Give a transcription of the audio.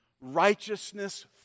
righteousness